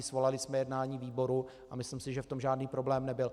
Svolali jsme jednání výboru a myslím si, že v tom žádný problém nebyl.